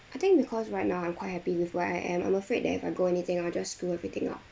I think because right now I'm quite happy with who I am I'm afraid that if I go anything I'll just screw everything up